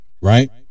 right